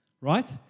Right